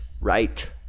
right